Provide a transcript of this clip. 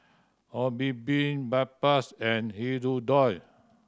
Obimin Bedpans and Hirudoid